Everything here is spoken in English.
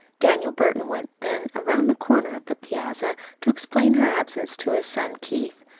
daniel burton went then around the corner of the piazza to explain her absence to his son keith.